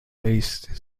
based